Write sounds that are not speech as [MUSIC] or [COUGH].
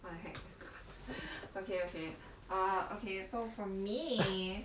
what the heck [LAUGHS] okay okay err okay so for me